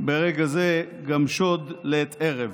ברגע זה, גם שוד לעת ערב.